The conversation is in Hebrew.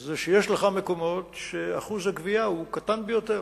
זה שיש לך מקומות שאחוז הגבייה הוא קטן ביותר.